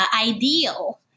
ideal